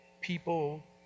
people